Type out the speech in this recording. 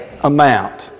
amount